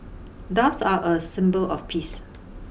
doves are a symbol of peace